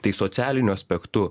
tai socialiniu aspektu